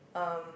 um